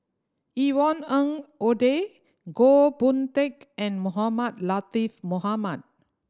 Yvonne Ng Uhde Goh Boon Teck and Mohamed Latiff Mohamed